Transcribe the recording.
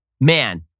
Man